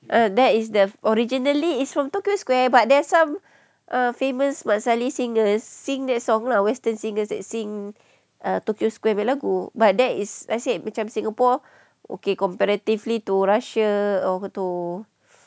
uh that is the originally is from tokyo square but there's some uh famous mat salleh singers sing that song lah western singers that err sing err tokyo square punya lagu but that is I say macam singapore okay comparatively to russia over to